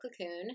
cocoon